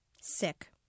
Sick